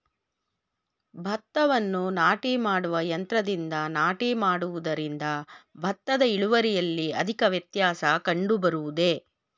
ಭತ್ತವನ್ನು ನಾಟಿ ಮಾಡುವ ಯಂತ್ರದಿಂದ ನಾಟಿ ಮಾಡುವುದರಿಂದ ಭತ್ತದ ಇಳುವರಿಯಲ್ಲಿ ಅಧಿಕ ವ್ಯತ್ಯಾಸ ಕಂಡುಬರುವುದೇ?